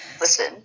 Listen